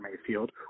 Mayfield